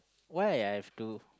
why I have to